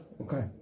Okay